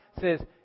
says